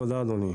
תודה, אדוני.